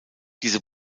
diese